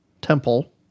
Temple